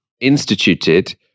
instituted